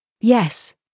yes